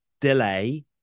delay